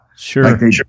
sure